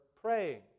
praying